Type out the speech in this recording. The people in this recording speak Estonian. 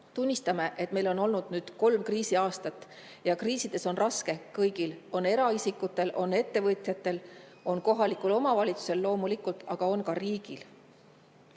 Tunnistame, et meil on olnud kolm kriisiaastat. Kriisides on raske kõigil: eraisikutel, ettevõtjatel, kohalikel omavalitsustel loomulikult, aga ka riigil.